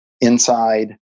inside